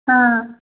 हा